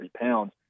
pounds